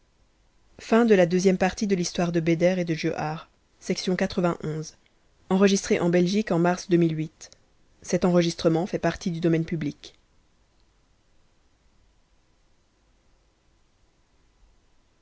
histoire de noareddin et de